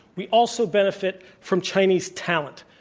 we also benefit from chinese talent.